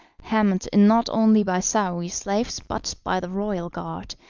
hemmed in not only by saouy's slaves but by the royal guard,